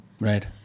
right